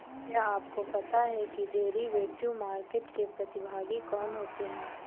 क्या आपको पता है कि डेरिवेटिव मार्केट के प्रतिभागी कौन होते हैं?